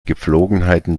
gepflogenheiten